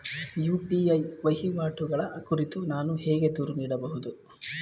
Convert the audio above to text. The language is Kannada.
ಯು.ಪಿ.ಐ ವಹಿವಾಟುಗಳ ಕುರಿತು ನಾನು ಹೇಗೆ ದೂರು ನೀಡುವುದು?